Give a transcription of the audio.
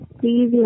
please